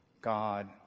God